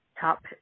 top